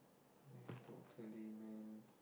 ya totally man